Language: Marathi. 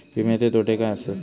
विमाचे तोटे काय आसत?